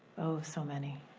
oh, so many.